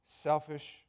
selfish